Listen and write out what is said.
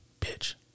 Bitch